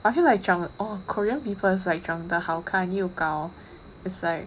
I feel like 长 oh korean people is like 长得好看又高 it's like